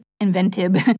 inventive